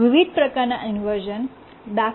વિવિધ પ્રકારનાં ઇન્વર્શ઼ન દા